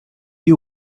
you